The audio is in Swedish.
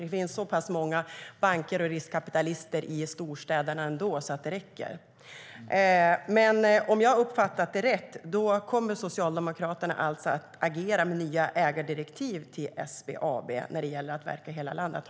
Det finns så pass många banker och riskkapitalister i storstäderna ändå så det räcker. Om jag har uppfattat det rätt kommer alltså Socialdemokraterna att agera med nya ägardirektiv till SBAB när det gäller att verka i hela landet.